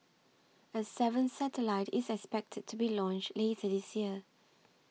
a seventh satellite is expected to be launched later this year